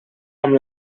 amb